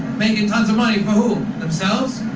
making tons of money for who? themselves?